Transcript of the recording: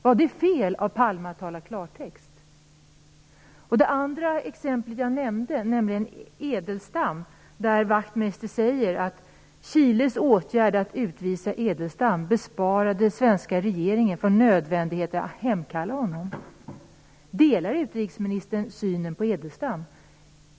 Var det fel av Palme att tala klartext? Det andra exemplet jag nämnde gällde Edelstam. Wachtmeister säger att Chiles åtgärd att utvisa Edelstam besparade den svenska regeringen nödvändigheten av att hemkalla honom. Delar utrikesministern denna syn på Edelstam?